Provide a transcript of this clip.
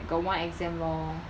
I got one exam lor